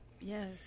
Yes